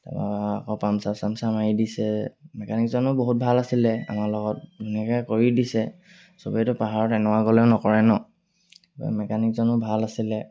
আকৌ পামচাৰ চামচাৰ মাৰি দিছে মেকানিকজনো বহুত ভাল আছিলে আমাৰ লগত ধুনীয়াকৈ কৰি দিছে চবেইতো পাহাৰত এনেকুৱা গ'লেও নকৰে ন মেকানিকজনো ভাল আছিলে